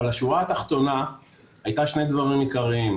אבל השורה התחתונה הייתה שני דברים עיקריים,